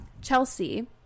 Chelsea